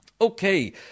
Okay